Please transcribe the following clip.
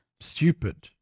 stupid